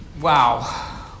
Wow